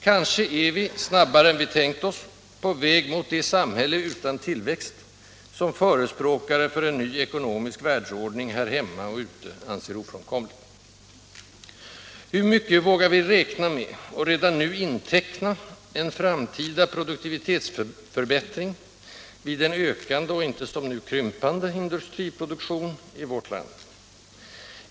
Kanske är vi, snabbare än vi tänkt oss, på väg mot det samhälle utan tillväxt, som förespråkare för en ny ekonomisk världsordning här hemma och ute anser ofrånkomligt. Hur mycket vågar vi räkna med — och redan nu inteckna — en framtida produktivitetsförbättring i vårt land?